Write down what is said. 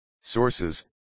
Sources